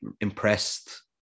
impressed